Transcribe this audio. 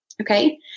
okay